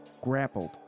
grappled